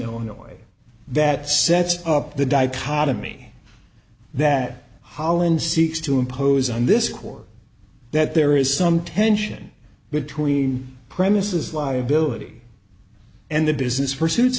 illinois that sets up the dichotomy that holland seeks to impose on this court that there is some tension between premises liability and the business pursuits